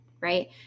right